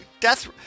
death